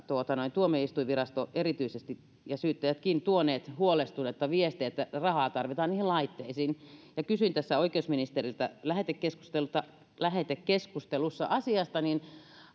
tuomioistuinvirasto erityisesti ja syyttäjätkin tuonut huolestunutta viestiä että rahaa tarvitaan niihin laitteisiin kun kysyin oikeusministeriltä lähetekeskustelussa lähetekeskustelussa asiasta niin